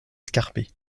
escarpées